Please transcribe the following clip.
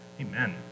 Amen